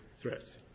threats